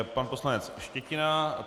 Pan poslanec Štětina.